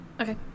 Okay